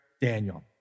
Daniel